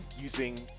using